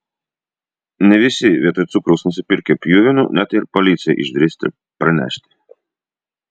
ne visi vietoj cukraus nusipirkę pjuvenų net ir policijai išdrįsta pranešti